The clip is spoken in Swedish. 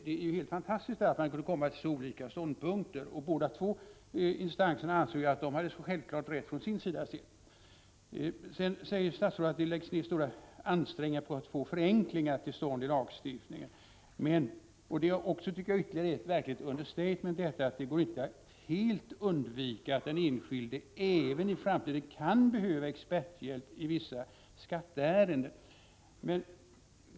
Det är helt fantastiskt att man kunde komma till så olika ståndpunkter och att de två lägre instanserna så självklart ansåg att de hade rätt. Statsrådet säger att det läggs ner stora ansträngningar på att få till stånd förenklingar i lagstiftningen. Jag tycker att detta är ytterligare ett verkligt understatement: det går inte att helt undvika att den enskilde även i framtiden kan behöva experthjälp i vissa skatteärenden.